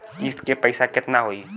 किस्त के पईसा केतना होई?